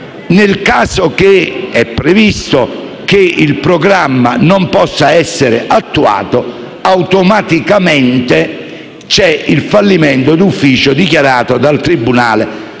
Nel caso in cui il programma non possa essere attuato, c'è automaticamente il fallimento di ufficio dichiarato dal tribunale